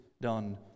done